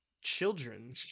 children